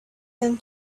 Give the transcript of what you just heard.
him